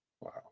Wow